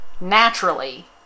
naturally